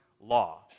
law